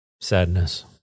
sadness